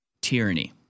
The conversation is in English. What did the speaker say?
tyranny